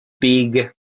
big